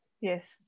Yes